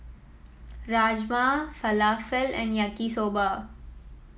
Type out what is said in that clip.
Rajma Falafel and Yaki Soba